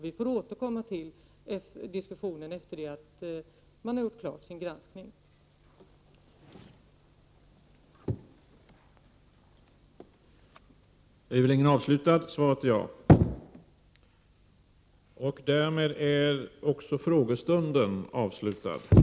Vi får återkomma till diskussionen efter det att riksrevisionsverket har gjort sin granskning klar.